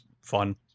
fun